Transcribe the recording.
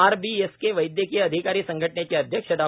RBSK वैदयकीय अधिकारी संघटनेचे अध्यक्ष डॉ